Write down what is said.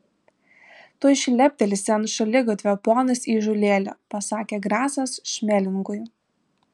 tuoj šleptelsi ant šaligatvio ponas įžūlėli pasakė grasas šmelingui